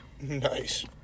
Nice